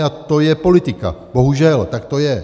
A to je politika, bohužel, tak to je.